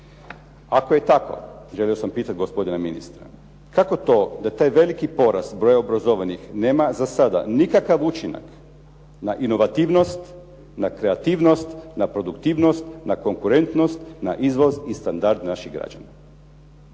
Ako je tako, želio sam pitati gospodina ministra, kako to da taj veliki porast broja obrazovanih nema za sada nikakav učinak na inovativnost, na kreativnost, na produktivnost, na konkurentnost, na izvoz i standard naših građana.